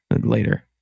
later